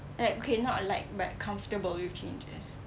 like okay not like but comfortable with changes